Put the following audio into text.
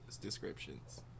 descriptions